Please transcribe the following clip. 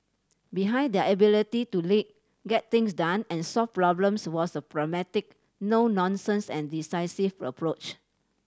behind their ability to lead get things done and solve problems was a pragmatic no nonsense and decisive approach